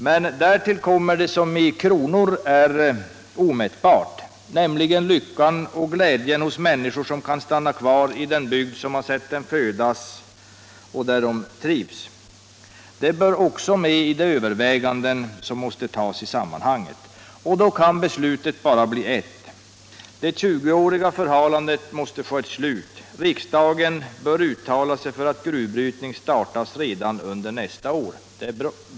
Men därtill kommer det i kronor omätbara, nämligen lyckan och glädjen hos människor som kan stanna kvar i den bygd som sett dem födas och där de trivs. Det bör också med i de överväganden som måste göras i sammanhanget. Då kan beslutet bara bli ett. Det 20-åriga förhalandet måste få ett slut. Riksdagen bör uttala sig för att gruvbrytning startas redan under nästa år.